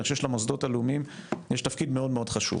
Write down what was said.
אני חושב שלמוסדות הלאומיים יש תפקיד מאוד מאוד חשוב.